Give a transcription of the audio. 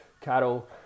cattle